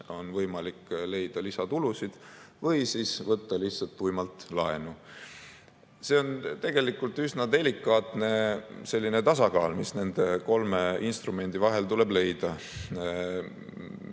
on võimalik leida lisatulusid või siis võtta lihtsalt tuimalt laenu. See on tegelikult üsna delikaatne tasakaal, mis nende kolme instrumendi vahel tuleb leida.